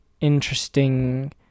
interesting